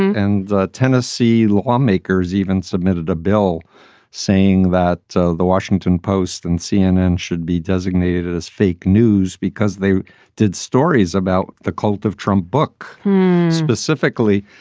and tennessee lawmakers even submitted a bill saying that the the washington post and cnn should be designated as fake news because they did stories about the cult of trump book specifically.